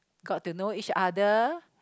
got to know each other